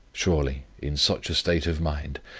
surely, in such a state of mind,